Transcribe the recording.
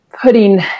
putting